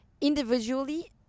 individually